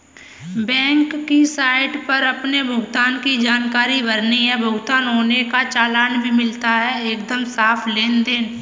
bank की site पर अपने भुगतान की जानकारी भरनी है, भुगतान होने का चालान भी मिलता है एकदम साफ़ लेनदेन